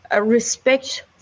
respect